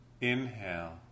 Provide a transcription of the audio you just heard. Inhale